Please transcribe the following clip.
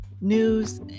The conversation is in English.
news